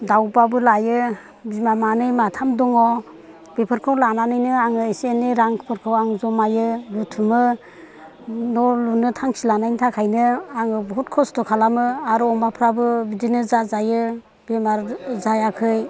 दाउबाबो लायो बिमा मानै माथाम दङ बेफोरखौ लानानैनो आङो एसे एनै रांफोरखौ आं जमायो बुथुमो न' लुनो थांखि लानायनि थाखायनो आङो बहुद खस्त' खालामो आरो अमाफ्राबो बिदिनो जाजायो बेमार जायाखै